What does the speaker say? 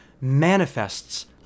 manifests